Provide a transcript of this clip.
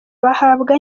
bahabwa